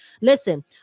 Listen